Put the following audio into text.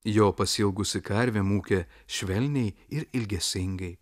jo pasiilgusi karvė mūkė švelniai ir ilgesingai